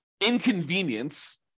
inconvenience